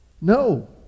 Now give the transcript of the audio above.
No